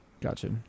Gotcha